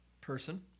person